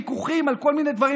ויכוחים על כל מיני דברים,